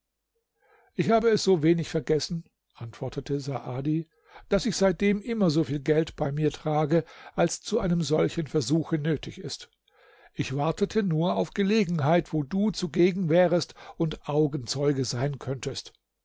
ich habe es so wenig vergessen antwortete saadi daß ich seitdem immer so viel geld bei mir trage als zu einem solchen versuche nötig ist ich wartete nur auf gelegenheit wo du zugegen wärest und augenzeuge sein könntest